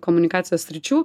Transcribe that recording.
komunikacijos sričių